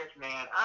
man